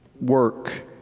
work